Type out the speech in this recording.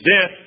death